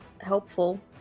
helpful